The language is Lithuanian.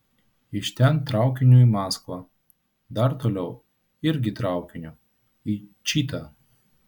iš ten traukiniu į maskvą dar toliau irgi traukiniu į čitą